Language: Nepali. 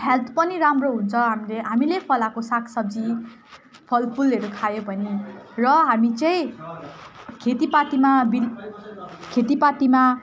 हेल्थ पनि राम्रो हुन्छ हामी हामीले फलाएको सागसब्जी फलफुलहरू खायौँ भने र हामी चाहिँ खेतीपातीमा बिल खेतीपातीमा